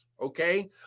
Okay